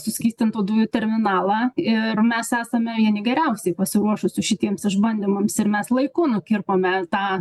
suskystintų dujų terminalą ir mes esame vieni geriausiai pasiruošusių šitiems išbandymams ir mes laiku nukirpome tą